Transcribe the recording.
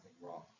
wrong